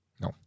No